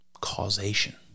causation